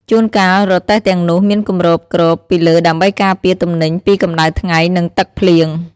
ជួនកាលរទេះទាំងនោះមានគម្របគ្របពីលើដើម្បីការពារទំនិញពីកម្ដៅថ្ងៃនិងទឹកភ្លៀង។